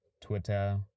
twitter